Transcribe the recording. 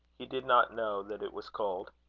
he did not know that it was cold.